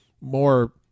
more